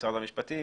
משרד המשפטים,